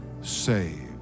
saved